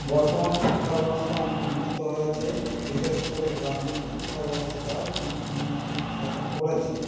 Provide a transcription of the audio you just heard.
বর্তমান শিক্ষাব্যবস্থা অনেক উন্নত হয়েছে বিশেষ করে গ্রামীণ শিক্ষাব্যবস্থাও অনেক উন্নতি সাধন করেছে